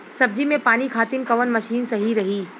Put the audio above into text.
सब्जी में पानी खातिन कवन मशीन सही रही?